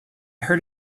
heard